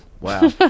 Wow